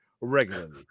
regularly